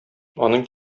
аның